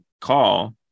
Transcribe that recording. call